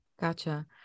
Gotcha